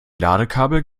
ladekabel